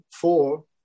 four